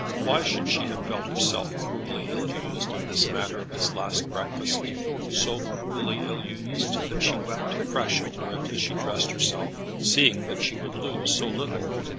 why should she have felt herself cruelly ill-used in this matter of his last breakfast so cruelly ill-used that she wept afresh over it as she dressed herself seeing that she would lose so little?